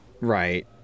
Right